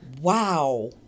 Wow